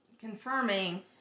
confirming